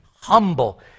humble